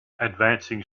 advancing